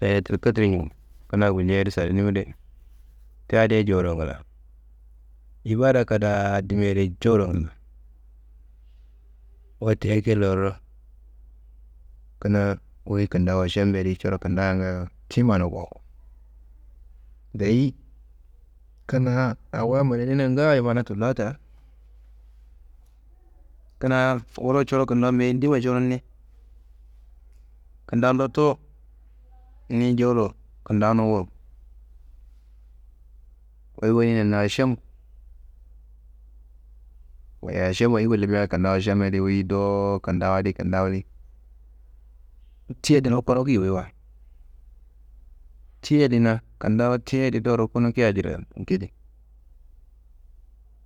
leyilatul khadir nju, kina gulcei adi salinimi de ti adiye joworo ngla. Ibada kadaa dimia adi joworo ngla, wote ekiddo laro, kina wuyi kintawu ašembe adi coro kintawa ngayo ti manu gowoko. Deyi kina awo mananena ngaayo mana tulla ta, kina wuro coro kindawuwe meye n yidimma coron ni, kintawu ndotto niyi jowuro kintawunumwo. Wuyi ašem, eyi gullumia, kintawu ašemma adi wuyi dowo, kintawu adi kintawu adi. Tiyedi rukunu ki wuyiwa tiyedina kintawu adi tiyedi dowo rukunu kia gedi.